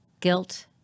Guilt